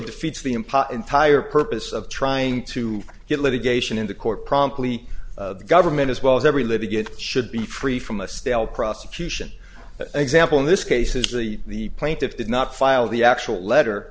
defeats the in pot in tire purpose of trying to get litigation into court promptly the government as well as every living good should be free from a stale prosecution that example in this case is really the plaintiff did not file the actual letter